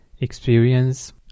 experience